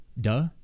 duh